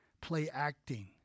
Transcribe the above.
play-acting